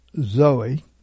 Zoe